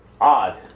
Odd